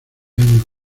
años